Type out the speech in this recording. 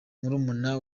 murumuna